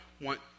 want